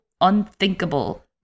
unthinkable